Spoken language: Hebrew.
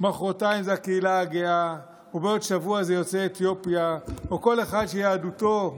מוחרתיים הקהילה הגאה ובעוד שבוע יהיו אלו יוצאי